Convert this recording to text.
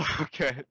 Okay